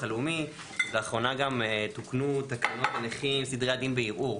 הלאומי לאחרונה גם תוקנו תקנות הנכים כדי ל --- בערעור,